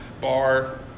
bar